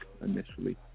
initially